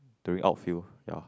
during out field ya